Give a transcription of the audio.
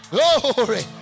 Glory